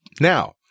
now